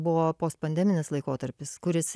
buvo post pandeminis laikotarpis kuris